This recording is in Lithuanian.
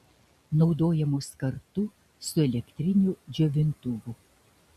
naudojamos kartu su elektriniu džiovintuvu